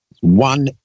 One